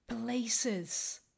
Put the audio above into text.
places